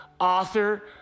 author